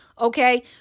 okay